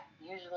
usually